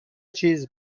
چیز